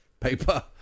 paper